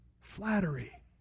Flattery